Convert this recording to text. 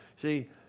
See